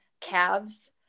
calves